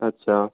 अच्छा